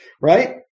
Right